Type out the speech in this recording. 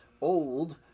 old